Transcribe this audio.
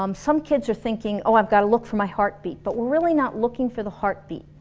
um some kids are thinking oh i gotta look for my heartbeat but we're really not looking for the heartbeat